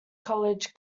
college